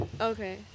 Okay